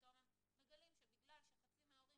ופתאום הם מגלים שבגלל שמחצית מההורים